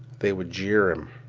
they would jeer him,